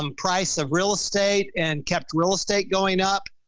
um price of real estate and kept real estate going up.